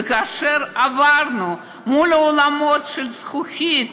וכאשר עברנו מול אולמות של זכוכית,